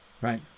right